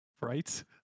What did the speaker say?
Right